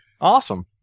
Awesome